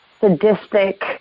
sadistic